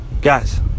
Guys